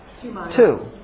two